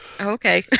Okay